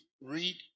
read